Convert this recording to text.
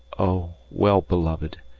oh, well beloved,